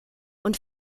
und